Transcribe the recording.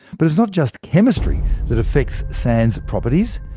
but it's not just chemistry that affects sand's properties.